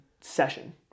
session